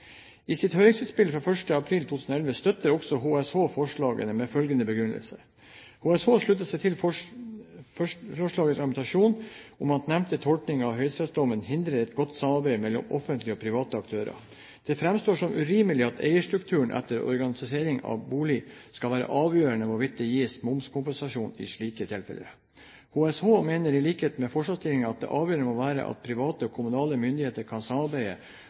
april 2011 støtter også HSH forslaget med følgende begrunnelse: «HSH slutter seg til forslagets argumentasjon om at nevnte tolkning av høyesterettsdommen hindrer et godt samarbeid mellom offentlige og private aktører. Det fremstår som urimelig at eierstruktur etter organisering av boligene skal være avgjørende for hvorvidt det gis momskompensasjon i slike tilfeller. HSH mener i likhet med forslagsstillerne at det avgjørende må være at private og kommunale myndigheter kan samarbeide